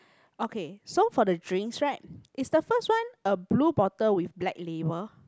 okay so for the drinks right is the first one a blue bottle with black label